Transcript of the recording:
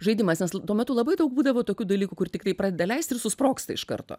žaidimas nes tuo metu labai daug būdavo tokių dalykų kur tikrai pradeda leisti ir susprogsta iš karto